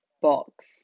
box